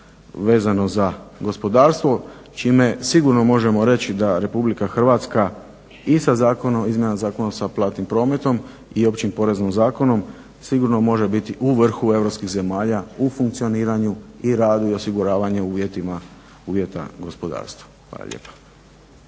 vezano za gospodarstvo čime sigurno možemo reći da RH i sa zakonom, izmjenom Zakona sa platnim prometom i Općim poreznim zakonom sigurno može biti u vrhu europskih zemalja u funkcioniranju i radu i osiguravanju uvjeta gospodarstva. Hvala lijepa.